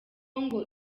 ngo